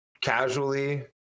casually